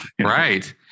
Right